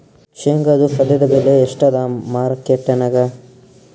ಶೇಂಗಾದು ಸದ್ಯದಬೆಲೆ ಎಷ್ಟಾದಾ ಮಾರಕೆಟನ್ಯಾಗ?